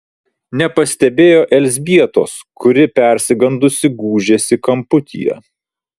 nepastebėjo elzbietos kuri persigandusi gūžėsi kamputyje